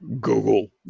Google